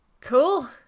Cool